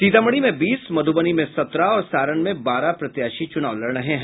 सीतामढ़ी में बीस मधुबनी में सत्रह और सारण में बारह प्रत्याशी चुनाव लड़ रहे हैं